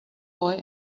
boy